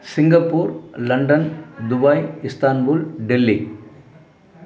Singapore London Dubai Istanbul Delhi